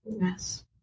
Yes